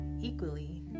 equally